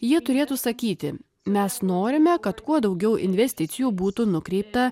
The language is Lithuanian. jie turėtų sakyti mes norime kad kuo daugiau investicijų būtų nukreipta